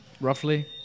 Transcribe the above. Roughly